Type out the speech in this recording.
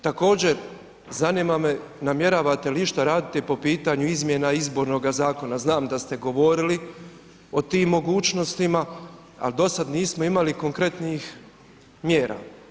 Također, zanima me namjeravate li išta raditi po pitanju izmjena Izbornoga zakona, znam da ste govorili o tim mogućnostima ali do sad nismo imali konkretnih mjera.